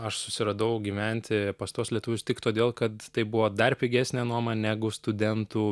aš susiradau gyventi pas tuos lietuvius tik todėl kad tai buvo dar pigesnė nuoma negu studentų